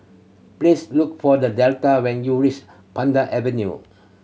please look for The Delta when you reach Pandan Avenue